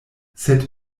sed